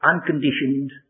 unconditioned